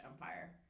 Empire